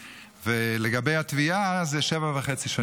ולגבי התביעה, זה שבע שנים וחצי.